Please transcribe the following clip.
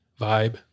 Vibe